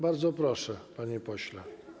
Bardzo proszę, panie pośle.